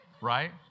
right